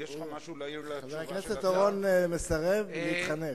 חבר הכנסת אורון מסרב להתחנך.